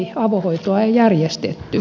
avohoitoa ei järjestetty